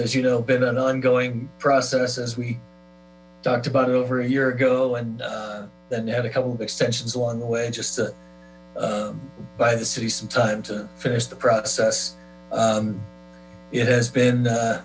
as you know been an ongoing process as we talked about it over a year ago then you had a couple of extensions along the way just a by the city some time to finish the process it has been